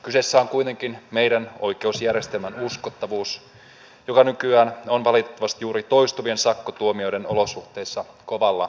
kyseessä on kuitenkin meidän oikeusjärjestelmän uskottavuus joka nykyään on valitettavasti juuri toistuvien sakkotuomioiden olosuhteissa kovalla koetuksella